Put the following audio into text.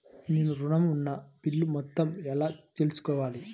నేను ఋణం ఉన్న బిల్లు మొత్తం ఎలా తెలుసుకోవాలి?